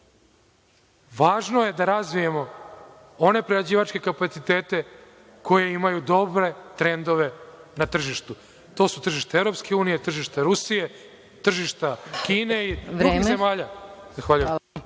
Važno je da razvijemo one prerađivačke kapacitete koje imaju dobre trendove na tržištu. To su tržište Evropske unije, tržište Rusije, tržišta Kine i drugih zemalja.